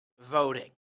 voting